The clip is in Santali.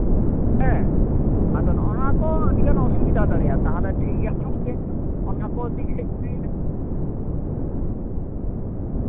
ᱦᱮᱸ ᱟᱫᱚ ᱱᱚᱜᱼᱚ ᱱᱚᱣᱟ ᱠᱚ ᱟᱹᱰᱤ ᱜᱮ ᱚᱥᱩᱵᱤᱫᱟ ᱫᱟᱲᱮᱭᱟᱜᱼᱟ ᱛᱟᱦᱞᱮ ᱴᱷᱤᱠ ᱜᱮᱭᱟ ᱜᱚᱝᱠᱮ ᱚᱱᱟ ᱠᱚ ᱫᱤᱠ ᱠᱷᱮᱛᱨᱮ